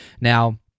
Now